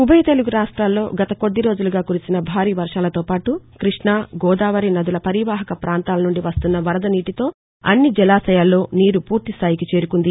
ఉభయ తెలుగు రాష్ట్రాల్లో గత కొద్దిరోజులుగా కురిసిన భారీ వర్షాలతోపాటు కృష్ణ గోదావరి నదుల పరీవాహక పాంతాలనుండి వస్తున్న వరద నీటితో అన్ని జలాశయాల్లో నీరు పూర్తిస్టాయికి చేరుకుంది